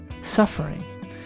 suffering